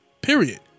period